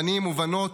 בנים ובנות,